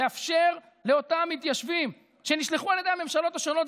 לאפשר לאותם מתיישבים שנשלחו על ידי הממשלות השונות,